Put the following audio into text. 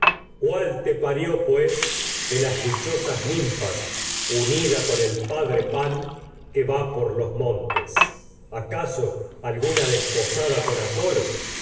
cuál el te de las dichosas ninfas unida padre pan con va por los montes acaso a alguna desposada nicies que o apolo